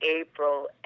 April